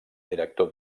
director